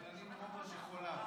אבל אני טרופר בחולם.